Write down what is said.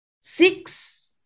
Six